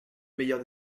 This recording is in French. meilleur